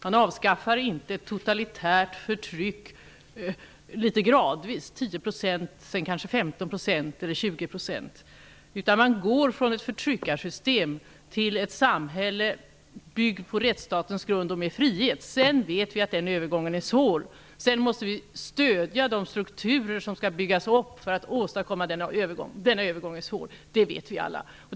Man avskaffar inte ett totalitärt förtryck litet gradvis, först 10 % sedan kanske 15--20 %. Man går från ett förtryckarsystem till ett samhälle byggt på rättsstatens grund och med frihet. Vi vet att övergången är svår. Vi måste stödja de strukturer som skall byggas upp för att övergången skall kunna åstadkommas. Vi vet alla att övergången är svår.